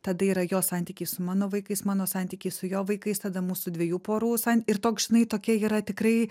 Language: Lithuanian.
tada yra jo santykiai su mano vaikais mano santykiai su jo vaikais tada mūsų dviejų porų ir toks žinai tokia yra tikrai